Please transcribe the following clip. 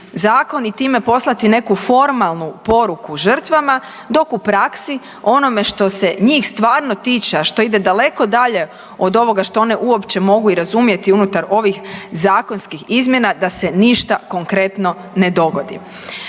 zakon i time poslati neku formalnu poruku žrtvama, dok u praksi onome što se njih stvarno tiče, a što ide daleko dalje od ovoga što one uopće mogu i razumjeti unutar ovih zakonskih izmjena, da se ništa konkretno ne dogodi.